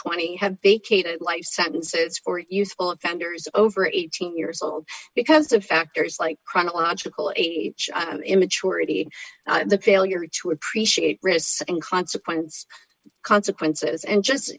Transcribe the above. twenty have a life sentences for useful offenders over eighteen years old because of factors like chronological age immaturity the failure to appreciate risks and consequences consequences and just